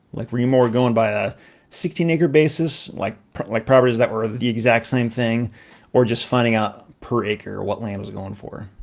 like were you more going by a sixteen acre basis like like properties that were the exact same thing or just finding out per acre what land was going for?